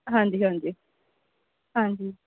ਹਾਂਜੀ ਹਾਂਜੀ ਹਾਂਜੀ